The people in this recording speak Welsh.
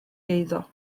eiddo